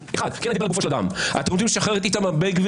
אתם יודעים שרוצים לשחרר את איתמר בן גביר